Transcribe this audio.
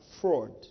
Fraud